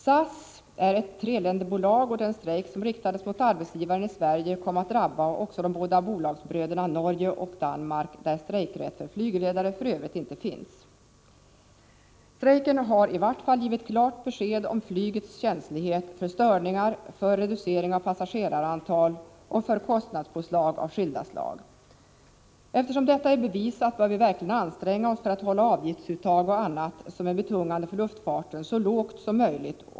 SAS är ett treländersbolag, och den strejk som riktades mot arbetsgivaren i Sverige kom att drabba också de båda bolagsbröderna Norge och Danmark, där strejkrätt för flygledare för övrigt inte finns. Strejken har i varje fall givit klart besked om flygets känslighet för störningar, för reducering av passagerarantalet och för kostnadspåslag av skilda slag. Eftersom detta är bevisat bör vi verkligen anstränga oss för att hålla avgiftsuttag och annat som är betungande för luftfarten så lågt som möjligt.